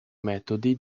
metodi